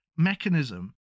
mechanism